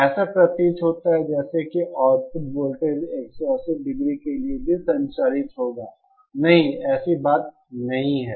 ऐसा प्रतीत होता है जैसे कि आउटपुट वोल्टेज 180 डिग्री के लिए भी संचालित होगा नहीं ऐसी बात नहीं है